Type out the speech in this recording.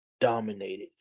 dominated